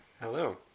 Hello